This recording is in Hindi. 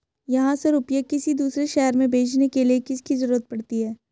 यहाँ से रुपये किसी दूसरे शहर में भेजने के लिए किसकी जरूरत पड़ती है?